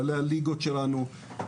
כללי הליגות שלנו,